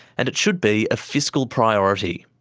and it should be a fiscal priority.